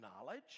knowledge